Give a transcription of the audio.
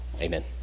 amen